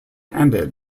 ended